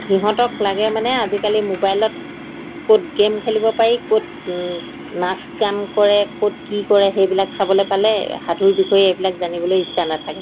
সিহঁতক লাগে মানে আজিকালি মোবাইলত ক'ত গেম খেলিব পাৰি ক'ত নাচ গান কৰে ক'ত কি কৰে সেইবিলাক চাবলৈ পালে সাধুৰ বিষয়ে এইবিলাক জানিবলৈ ইচ্ছা নাথাকে